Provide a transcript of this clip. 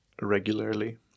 regularly